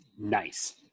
nice